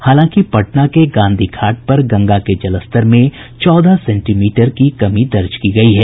हालांकि पटना के गांधी घाट पर गंगा के जलस्तर में चौदह सेंटीमीटर कमी दर्ज की गयी है